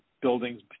buildings